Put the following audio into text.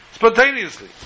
Spontaneously